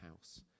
house